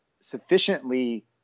sufficiently